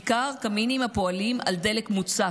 בעיקר קמינים הפועלים על דלק מוצק,